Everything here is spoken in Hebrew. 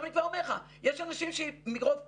יש אנשים שמרוב קריזה,